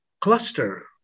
cluster